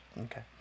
Okay